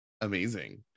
Amazing